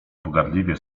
pogardliwie